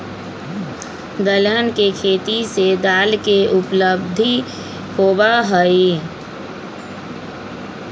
दलहन के खेती से दाल के उपलब्धि होबा हई